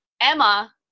Emma